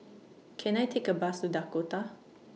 Can I Take A Bus to Dakota